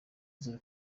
hari